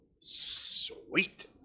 Sweet